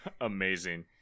Amazing